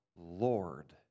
Lord